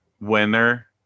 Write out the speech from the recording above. winner